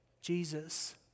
Jesus